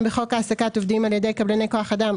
בחוק העסקת עובדים על ידי קבלני כוח אדם,